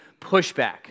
Pushback